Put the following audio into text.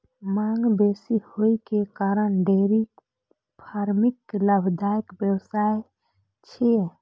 मांग बेसी होइ के कारण डेयरी फार्मिंग लाभदायक व्यवसाय छियै